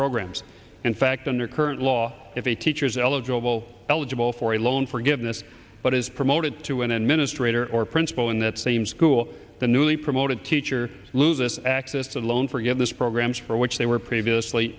programs in fact under current law if a teacher is eligible eligible for a loan forgiveness but is promoted to an administrator or principal in that same school the newly promoted teacher lose this access to the loan forgiveness programs for which they were previously